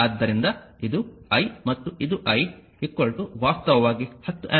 ಆದ್ದರಿಂದ ಇದು I ಮತ್ತು ಇದು I ವಾಸ್ತವವಾಗಿ 10 ಆಂಪಿಯರ್